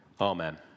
amen